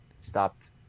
stopped